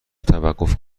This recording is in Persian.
توقف